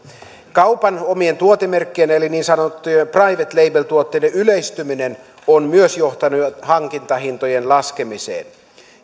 kaupan omien tuotemerkkien eli niin sanottujen private label tuotteiden yleistyminen on myös johtanut hankintahintojen laskemiseen